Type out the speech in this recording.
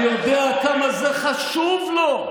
אני יודע כמה זה חשוב לו.